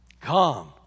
come